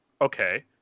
Okay